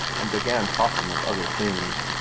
and began talking of other things.